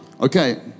Okay